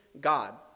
God